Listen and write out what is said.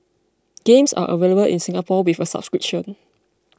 games are available in Singapore with a subscription